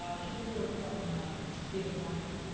um she took over from ah david marcus,